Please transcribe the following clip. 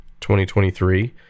2023